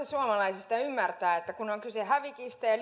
suomalaisista ymmärtää että kun on kyse hävikistä ja